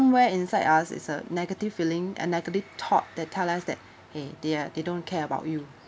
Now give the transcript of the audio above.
somewhere inside us is a negative feeling and negative thought that tell us that !hey! they uh they don't care about you